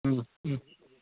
ও ও